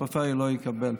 והפריפריה לא תקבל.